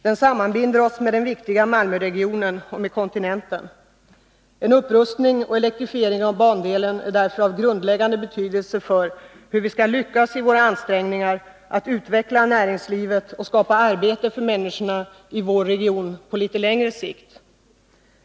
Den sammanbinder oss med den viktiga Malmöregionen och med kontinenten. En upprustning och elektrifiering av bandelen är därför av grundläggande betydelse för hur vi skall lyckas i våra ansträngningar att utveckla näringslivet och skapa arbete för människorna i vår region på litet längre sikt.